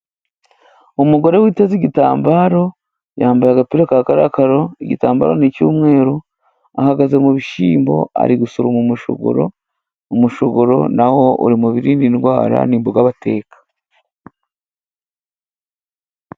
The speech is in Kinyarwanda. Umugore witeze igitambaro yambaye agapira ka karokaro, igitambaro ni icy'umweru, ahagaze mu bishyimbo ari gusoroma umushogororo. Umushogororo nawo uri mu birinda indwara ni imboga bateka.